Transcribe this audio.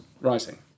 writing